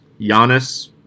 Giannis